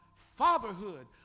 Fatherhood